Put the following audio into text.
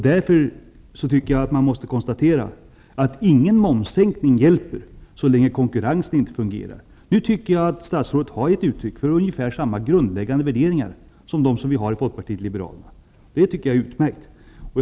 Därför tycker jag att man måste konsta tera att ingen momssänkning hjälper så länge inte konkurrensen fungerar. Statsrådet har gett uttryck för ungefär samma grundläggande värderingar som dem som vi har i folkpartiet liberalerna. Jag tycker att det är utmärkt.